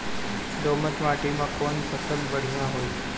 दोमट माटी में कौन फसल बढ़ीया होई?